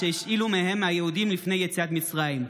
שהשאילו מהם היהודים לפני יציאת מצרים.